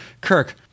Kirk